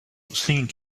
singing